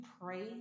pray